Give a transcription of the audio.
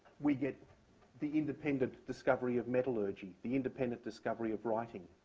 we get the independent discovery of metallurgy, the independent discovery of writing,